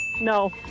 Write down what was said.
No